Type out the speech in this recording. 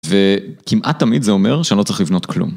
וכמעט תמיד זה אומר שאני לא צריך לבנות כלום.